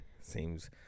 Seems